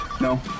No